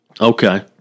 Okay